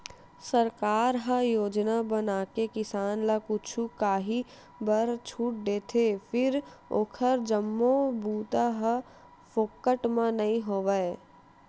सरकार ह योजना बनाके किसान ल कुछु काही बर छूट देथे फेर ओखर जम्मो बूता ह फोकट म नइ होवय